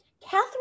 Catherine